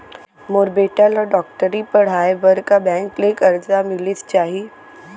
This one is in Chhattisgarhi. मोर बेटा ल डॉक्टरी पढ़ाये बर का बैंक ले करजा मिलिस जाही?